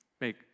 make